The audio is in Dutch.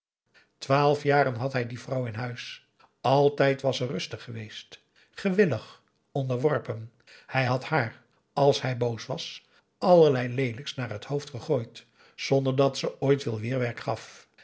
twaalf jaren had hij die vrouw in huis altijd was ze rustig geweest gewillig onderworpen hij had haar als hij boos was allerlei leelijks naar het hoofd gegooid zonder dat ze aum boe akar eel ooit veel weerwerk gaf